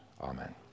Amen